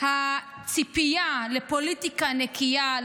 הציפייה לפוליטיקה נקייה,